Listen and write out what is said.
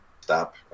stop